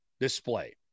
display